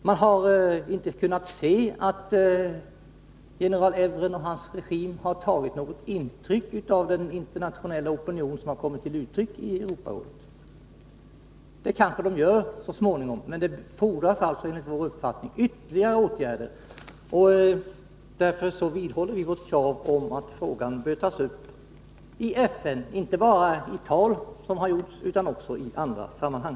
Man har inte kunnat se att general Evren och hans regim har tagit något intryck av den internationella opinion som har kommit till uttryck i Europarådet. De kanske gör det så småningom. Men det fordras alltså enligt vår uppfattning ytterligare åtgärder, och därför vidhåller vi vårt krav att frågan bör tas upp i FN, inte bara i tal, vilket har gjorts, utan också i andra sammanhang.